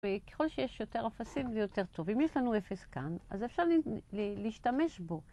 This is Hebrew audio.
ככל שיש יותר אפסים זה יותר טוב, אם יש לנו אפס כאן אז אפשר להשתמש בו